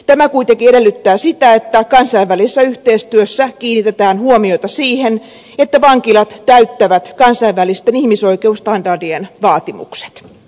tämä kuitenkin edellyttää sitä että kansainvälisessä yhteistyössä kiinnitetään huomiota siihen että vankilat täyttävät kansainvälisten ihmisoikeusstandardien vaatimukset